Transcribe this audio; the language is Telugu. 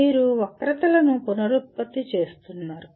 మీరు వక్రతలను పునరుత్పత్తి చేస్తున్నారు